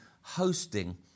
hosting